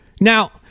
Now